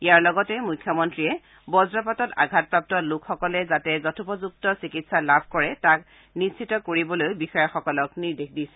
ইয়াৰ লগতে মুখ্যমন্ত্ৰীয়ে বজ্ৰপাতত আঘাতপ্ৰাপ্ত লোকসকলে যাতে যথোপযুক্ত চিকিৎসা লাভ কৰে তাক নিশ্চিত কৰিবলৈও বিষয়াসকলক নিৰ্দেশ দিছে